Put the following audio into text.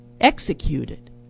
executed